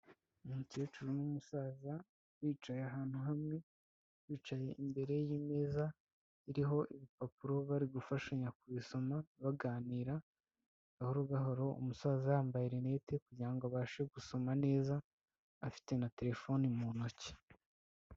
Umukecuru n'umusaza bicaye ahantu hamwe, bicaye imbere y'imeza iriho ibipapuro bari gufashanya kubisoma, baganira gahoro gahoro, umusaza yambaye rinete kugira ngo abashe gusoma neza, afite na terefone mu ntoki.